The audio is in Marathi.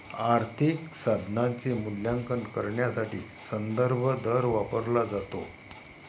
आर्थिक साधनाचे मूल्यांकन करण्यासाठी संदर्भ दर वापरला जातो